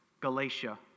Galatia